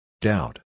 Doubt